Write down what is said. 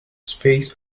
space